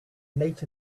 late